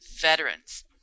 veterans